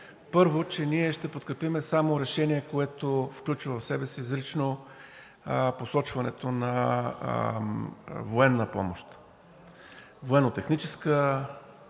първо, че ние ще подкрепим само решение, което включва в себе си изрично посочването на военна помощ, военно-техническа,